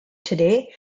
today